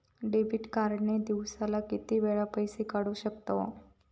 Debit card ने दिवसाला किती वेळा पैसे काढू शकतव?